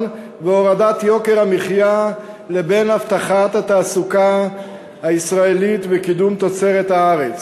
והורדת יוקר המחיה לבין הבטחת התעסוקה הישראלית וקידום תוצרת הארץ.